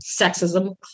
sexism